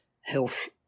health